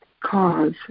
cause